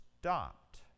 stopped